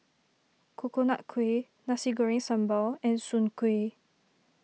Coconut Kuih Nasi Goreng Sambal and Soon Kway